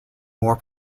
more